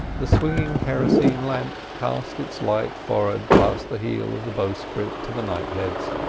the swinging kerosene lamp cast its light forward past the heel of the bowsprit to the knightheads,